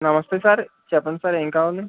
నమస్తే సార్ చెప్పండి సార్ ఏమి కావాలి